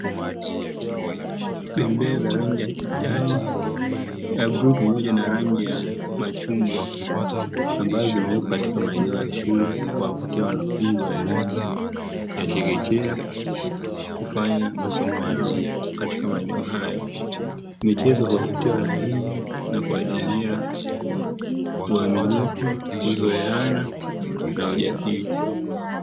Bembea za rangi ya kijani, ya bluu pamoja na rangi ya machungwa, ambazo zimewekwa katika maeneo ya shule kuwavutia wanafunzi wa elimu ya chekechea, kufanya masomo yao katika maeneo hayo. Michezo huwavutia wanafunzi na kuwajengea uaminifu, kuzoeana na ujasiri.